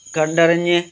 കണ്ടറിഞ്ഞ്